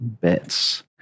bits